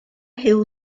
huw